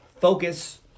Focus